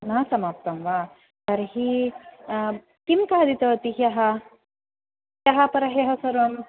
न समाप्तं वा तर्हि किं खादितवति ह्यः ह्यः परह्यः सर्वम्